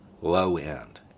Low-end